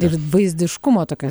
ir vaizdiškumo tokio